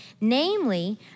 namely